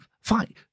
fine